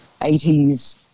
80s